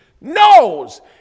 knows